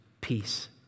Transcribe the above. peace